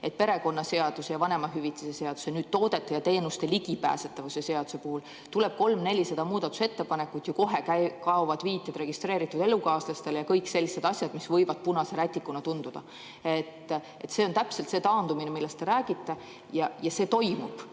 et perekonnaseaduse ja vanemahüvitise seaduse, nüüd ka toodete ja teenuste ligipääsetavuse seaduse kohta esitatakse 300–400 muudatusettepanekut ja kohe kaovad viited registreeritud elukaaslastele ja kõik sellised asjad, mis võivad punase rätikuna tunduda. See on täpselt see taandumine, millest te räägite, ja see toimub